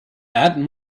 add